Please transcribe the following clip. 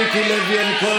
שלא יעז להגיד כזה דבר.